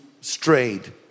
strayed